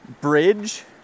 Bridge